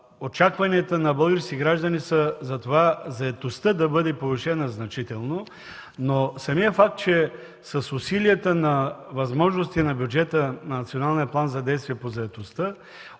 очакванията на българските граждани са за това заетостта да бъде повишена значително, но самият факт, че с усилията на възможностите на бюджета на